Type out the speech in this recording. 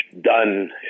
done